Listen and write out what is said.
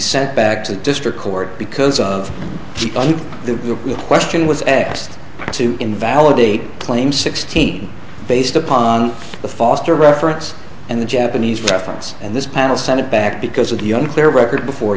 sent back to the district court because of the question was asked to invalidate claim sixteen based upon the foster reference and the japanese preference and this panel sent it back because of the unclear record